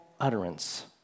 utterance